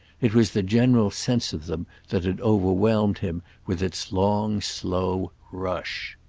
it was the general sense of them that had overwhelmed him with its long slow rush.